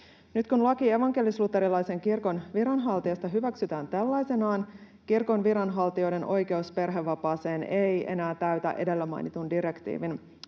Nyt kun laki evankelis-luterilaisen kirkon viranhaltijoista hyväksytään tällaisenaan, kirkon viranhaltijoiden oikeus perhevapaaseen ei enää täytä edellä mainitun direktiivin